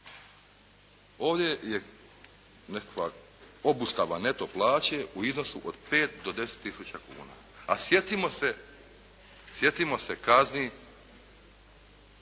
Ovdje je nekakva obustava neto plaće u iznosu od 5 do 10 tisuća kuna, a sjetimo se kazni